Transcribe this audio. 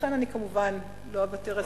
ולכן אני כמובן לא אוותר על זכותי.